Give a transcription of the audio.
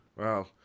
Wow